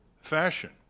fashion